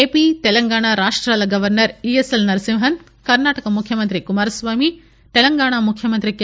ఎపితెలంగాణా రాష్టాల governor ESL Narasimhan Karnataka ముఖ్యమంత్రి కుమారస్వామి తెలంగాణా ముఖ్యమంత్రి కె